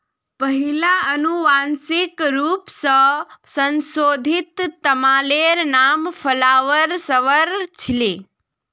पहिला अनुवांशिक रूप स संशोधित तमातेर नाम फ्लावर सवर छीले